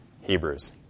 Hebrews